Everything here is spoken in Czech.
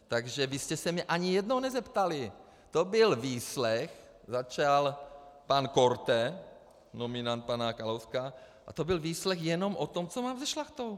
Takže vy jste se mě ani jednou nezeptali, to byl výslech, začal pan Korte, nominant pana Kalouska, a to byl výslech jenom o tom, co mám se Šlachtou.